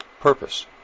purpose